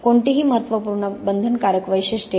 कोणतीही महत्त्वपूर्ण बंधनकारक वैशिष्ट्ये